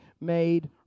made